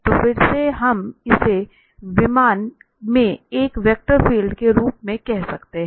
तो फिर से हम इसे विमान में एक वेक्टर फील्ड के रूप में कह सकते हैं